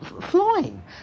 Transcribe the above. flying